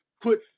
put